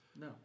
No